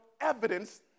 evidence